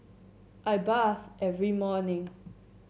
I bathe every morning